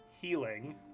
healing